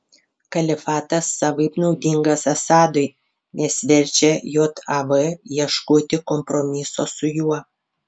kalifatas savaip naudingas assadui nes verčia jav ieškoti kompromiso su juo